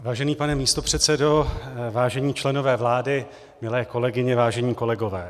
Vážený pane místopředsedo, vážení členové vlády, milé kolegyně, vážení kolegové.